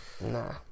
Nah